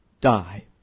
die